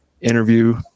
interview